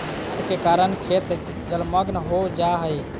बाढ़ के कारण खेत जलमग्न हो जा हइ